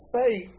faith